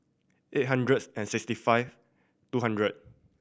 eight hundred and sixty five two hundred